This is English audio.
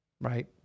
right